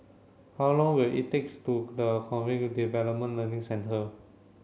how long will it takes to the Cognitive Development Learning Centre